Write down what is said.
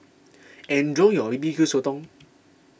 enjoy your B B Q Sotong